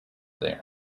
there